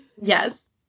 Yes